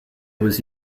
was